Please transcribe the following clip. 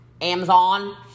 Amazon